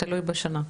תלוי בשנה.